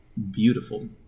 Beautiful